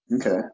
okay